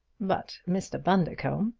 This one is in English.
but, mr. bundercombe,